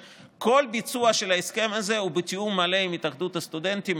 כל ביצוע של ההסכם הזה הוא בתיאום מלא עם התאחדות הסטודנטים,